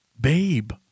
Babe